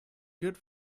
good